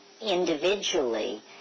individually